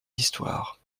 histoires